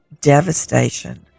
devastation